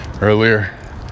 earlier